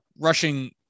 rushing